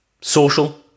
Social